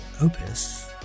opus